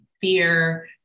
fear